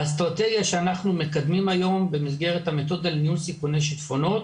האסטרטגיה שאנחנו מקדמים היום במסגרת המתודה לניהול סיכוני שטפונות